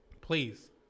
please